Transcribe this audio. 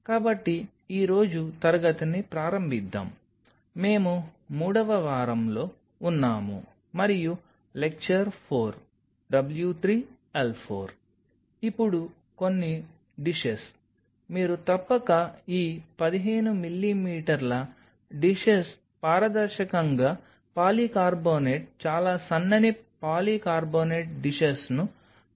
కాబట్టి ఈ రోజు తరగతిని ప్రారంభిద్దాం మేము 3వ వారంలో ఉన్నాము మరియు లెక్చర్ 4 W 3 L 4 ఇప్పుడు కొన్ని డిషెస్ మీరు తప్పక ఈ 15 మిమీ డిషెస్ పారదర్శకంగా పాలికార్బోనేట్ చాలా సన్నని పాలికార్బోనేట్ డిషెస్ ను తప్పక చూసి ఉంటారు